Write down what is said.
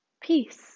peace